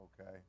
Okay